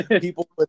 people